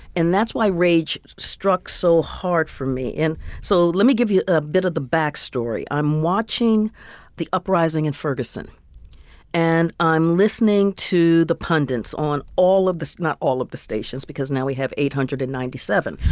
and that's why rage struck so hard for me. so let me give you a bit of the backstory i'm watching the uprising in ferguson and i'm listening to the pundits on all of the not all of the stations, because now we have eight hundred and ninety seven,